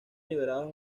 liberadas